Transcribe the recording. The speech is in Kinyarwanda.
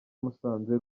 musanze